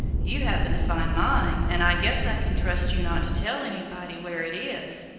you happened to find mine, and i guess i can trust you not to tell anybody where it is.